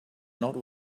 not